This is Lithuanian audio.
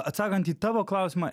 atsakant į tavo klausimą